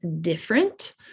different